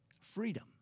Freedom